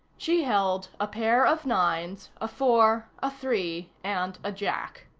she held a pair of nines, a four, a three and a jack.